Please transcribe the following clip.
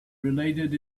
related